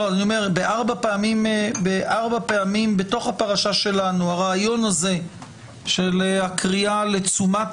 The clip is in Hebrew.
ארבע פעמים בפרשה שלנו הרעיון הזה של הקריאה לתשומת